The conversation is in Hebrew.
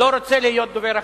לא רוצה להיות דובר ה"חמאס",